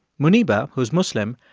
muniba, who is muslim,